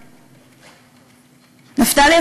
נפתלי,